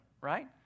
right